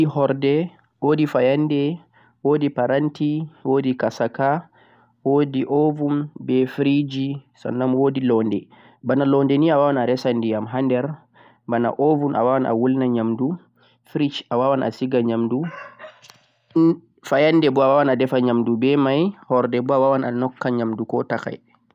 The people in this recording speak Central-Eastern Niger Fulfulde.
woodi horde woodi payende woodi paranti woodi kasakaa woodi o'buum be firiji sannan woodi loonde boonah londinei a'woona lesan diyam hander boona obuum a'waawan a'wulnam yamdu firij a'waawan a'seghan yamdu payende moo a defen yamdu be mei hordibe a waawan a norkam yamdu kotakai